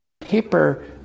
paper